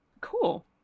cool